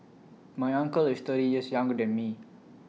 my uncle is thirty years younger than me